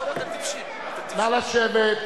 נא לשבת.